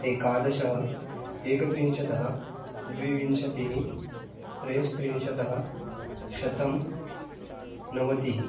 एकादश एकत्रिंशत् द्वाविंशतिः त्रयस्त्रिंशत् शतं नवतिः